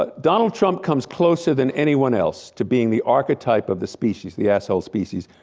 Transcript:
but donald trump comes closer than anyone else to being the archetype of the species, the asshole species.